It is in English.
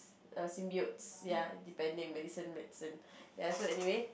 err symbiotes ya depending medicine medicine ya so anyway